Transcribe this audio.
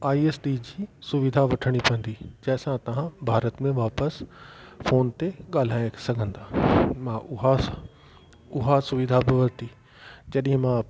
IST जी सुविधा वठणी पवंदी जंहिंसां तव्हां भारत में वापसि फोन ते ॻाल्हाए सघंदा मां उहा उहा सुविधा बि वरती